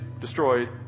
destroyed